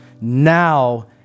now